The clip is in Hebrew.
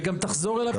וגם תחזור אליו,